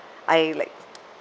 I like